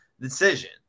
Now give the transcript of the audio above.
decision